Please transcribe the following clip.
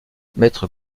maître